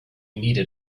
needed